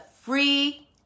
free